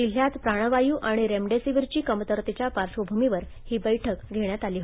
जिल्ह्यात प्राणवायू आणि रेमडेसिव्हीरची कमतरतेच्या पार्श्वभूमीवर ही बैठक घेण्यात आली होती